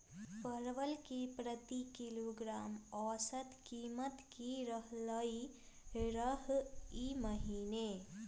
परवल के प्रति किलोग्राम औसत कीमत की रहलई र ई महीने?